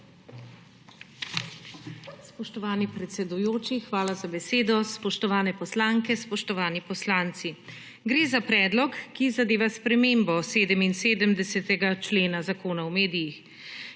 hvala za besedo.